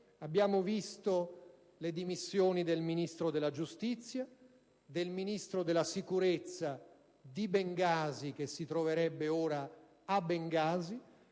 abbiamo visto le dimissioni del Ministro della giustizia, del Ministro della sicurezza di Bengasi (che si troverebbe ora a Bengasi);